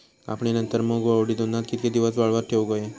कापणीनंतर मूग व उडीद उन्हात कितके दिवस वाळवत ठेवूक व्हये?